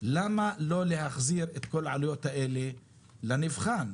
למה לא להחזיר את כל העלויות האלה לתלמיד לנבחן,